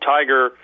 Tiger